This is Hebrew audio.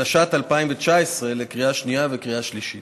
התשע"ט 2019, לקריאה שנייה וקריאה השלישית.